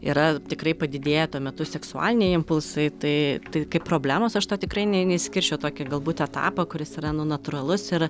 yra tikrai padidėję tuo metu seksualiniai impulsai tai tai kaip problemos aš to tikrai ne neišskirčiau tokį galbūt etapą kuris yra nu natūralus ir